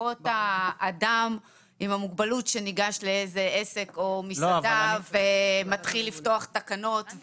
פחות האדם עם המוגבלות שניגש לעסק כלשהו או למסעדה ומתחיל לפתוח תקנות,